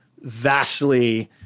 vastly